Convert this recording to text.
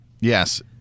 Yes